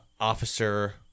officer